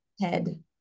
head